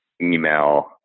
email